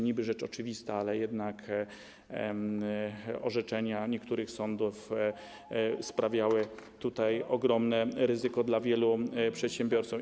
Niby rzecz oczywista, ale jednak orzeczenia niektórych sądów sprawiały ogromne ryzyko dla wielu przedsiębiorców.